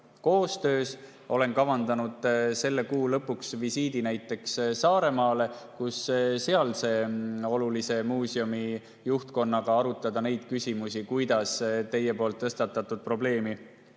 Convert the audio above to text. koostöö. Olen kavandanud selle kuu lõpuks visiidi näiteks Saaremaale, et sealse olulise muuseumi juhtkonnaga arutada neid küsimusi, kuidas teie tõstatatud probleemi